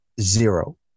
zero